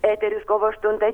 eteris kovo aštuntą